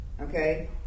okay